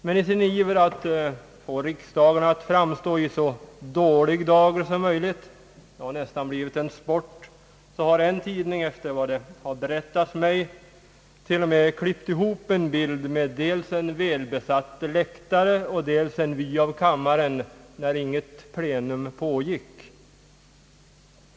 Men i sin iver att få riksdagen att framstå i så dålig dager som möjligt — det har nästan blivit en sport — har en tidning, efter vad det berättats mig, till och med klippt ihop en bild med dels en välbesatt läktare och dels en vy av kammaren när inget plenum pågick.